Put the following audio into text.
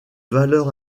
valeur